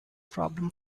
problem